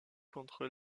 contre